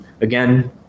again